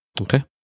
Okay